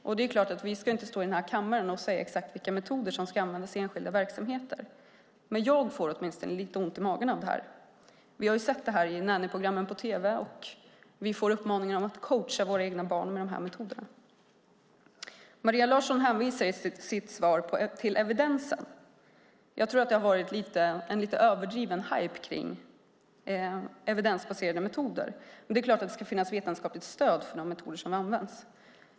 Vi ska såklart inte stå i kammaren och säga vilka metoder som ska användas i enskilda verksamheter, men jag får lite ont i magen av detta. Vi har sett det i nannyprogrammen på tv, och vi får uppmaningar att coacha våra barn med denna metod. Maria Larsson hänvisar i sitt svar till evidensen. Jag tror att det har varit en lite överdriven hajp kring evidensbaserade metoder, men det är klart att det ska finnas vetenskapligt stöd för de metoder som används.